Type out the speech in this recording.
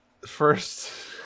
first